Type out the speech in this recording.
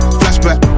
flashback